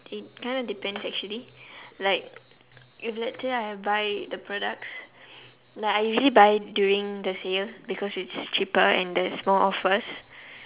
it kind of depends actually like if let's say I buy the products like I usually buy during the sale because it's cheaper and there's more offers